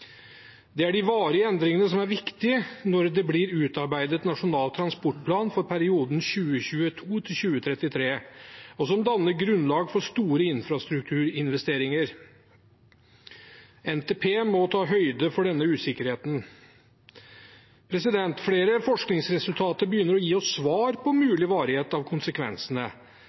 Det er de varige endringene som er viktige når det blir utarbeidet en nasjonal transportplan for perioden 2022–2033, og som danner grunnlag for store infrastrukturinvesteringer. NTP må ta høyde for denne usikkerheten. Flere forskningsresultater begynner å gi oss svar på mulig varighet av konsekvensene.